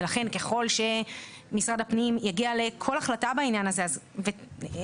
ולכן ככל שמשרד הפנים יגיע לכל החלטה בעניין הזה ויהיה